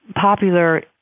popular